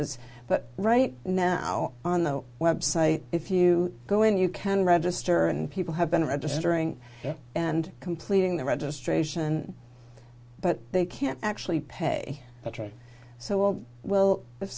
glitches but right now on the website if you go in you can register and people have been registering and completing the registration but they can't actually pay that right so well well if